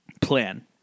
plan